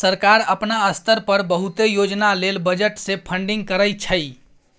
सरकार अपना स्तर पर बहुते योजना लेल बजट से फंडिंग करइ छइ